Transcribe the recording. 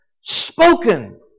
spoken